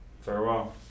Farewell